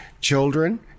children